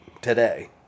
today